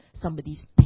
somebody's